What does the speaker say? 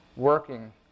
working